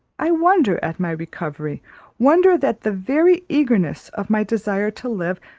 i wonder at my recovery wonder that the very eagerness of my desire to live,